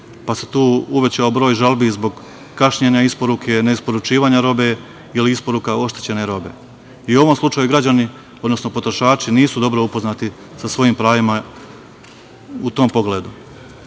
pa se tu uvećao broj žalbi zbog kašnjenja isporuka, ne isporučivanja robe ili isporuka oštećene robe.U ovom slučaju građani, odnosno potrošači nisu dobro upoznati sa svojim pravima u tom pogledu.